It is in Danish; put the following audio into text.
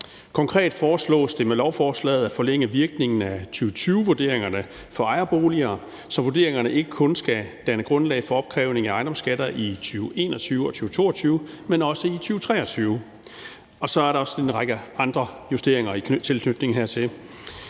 Konkret foreslås det med lovforslaget at forlænge virkningen af 2020-vurderingerne for ejerboliger, så vurderingerne ikke kun skal danne grundlag for opkrævning af ejendomsskatter i 2021 og 2022, men også i 2023. Og så er der også en række andre justeringer i tilknytning hertil.